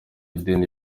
idini